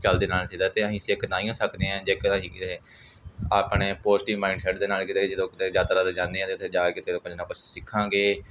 ਚਲਦੇ ਰਹਿਣਾ ਚਾਹੀਦਾ ਅਤੇ ਅਸੀਂ ਸਿੱਖ ਤਾਹੀਓ ਸਕਦੇ ਹਾਂ ਜੇਕਰ ਅਸੀਂ ਕਿਸੇ ਆਪਣੇ ਪੋਜ਼ਟਿਵ ਮਾਇੰਡਸੈਟ ਦੇ ਨਾਲ ਕਿਤੇ ਜਦੋਂ ਕਿਤੇ ਯਾਤਰਾ 'ਤੇ ਜਾਂਦੇ ਹਾਂ ਅਤੇ ਉੱਥੇ ਜਾ ਕੇ ਅਤੇ ਕੁਛ ਨਾ ਕੁਛ ਸਿੱਖਾਂਗੇ